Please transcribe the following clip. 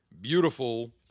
beautiful